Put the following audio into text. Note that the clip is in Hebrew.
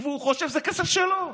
הוא חושב שזה כסף שלו.